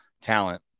talent